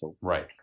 Right